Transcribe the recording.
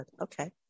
okay